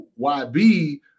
YB